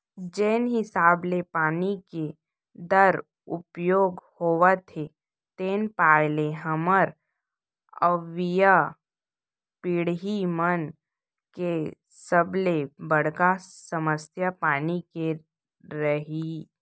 जेन हिसाब ले पानी के दुरउपयोग होवत हे तेन पाय ले हमर अवईया पीड़ही मन के सबले बड़का समस्या पानी के रइही